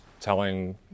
telling